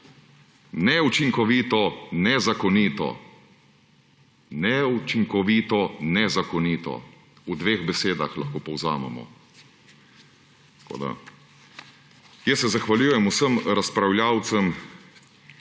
Neučinkovito – nezakonito. Neučinkovito, nezakonito, v dveh besedah lahko povzamemo. Zahvaljujem se vsem razpravljavcem